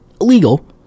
illegal